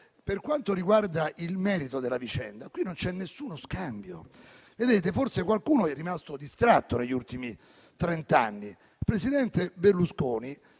Per quanto riguarda il merito della vicenda, non c'è nessuno scambio. Forse qualcuno è rimasto distratto negli ultimi trent'anni. Il presidente Berlusconi,